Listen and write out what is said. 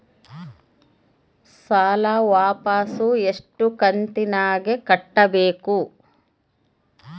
ಸಾಲ ವಾಪಸ್ ಎಷ್ಟು ಕಂತಿನ್ಯಾಗ ಕಟ್ಟಬೇಕು?